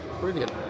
brilliant